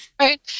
right